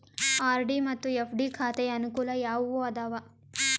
RD ಮತ್ತು FD ಖಾತೆಯ ಅನುಕೂಲ ಯಾವುವು ಅದಾವ?